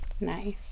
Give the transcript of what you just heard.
nice